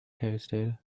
tasted